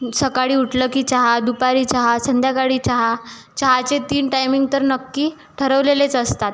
सकाळी उठलं की चहा दुपारी चहा संध्याकाळी चहा चहाचे तीन टायमिंग तर नक्की ठरवलेलेच असतात